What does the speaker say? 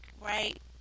Right